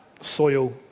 soil